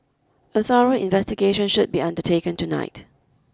a thorough investigation should be undertaken tonight